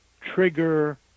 trigger